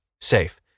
safe